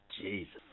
Jesus